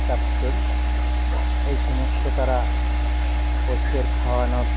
capsule এই সমস্ত তারা পশুদের খাওয়ানোর